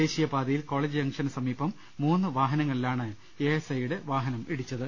ദേശീയപാതയിൽ കോളേജ് ജംങ്ങ്ഷനുസമീപം ടി വാഹനങ്ങളിലാണ് എ എസ് ഐ യുടെ വാഹനം ഇടിച്ചത്